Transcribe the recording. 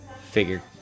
figure